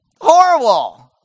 Horrible